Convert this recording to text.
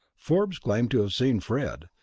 forbes claimed to have seen fred,